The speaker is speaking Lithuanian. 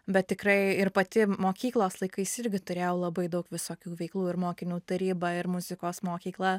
bet tikrai ir pati mokyklos laikais irgi turėjau labai daug visokių veiklų ir mokinių taryba ir muzikos mokykla